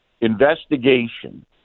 investigation